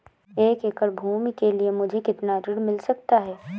एक एकड़ भूमि के लिए मुझे कितना ऋण मिल सकता है?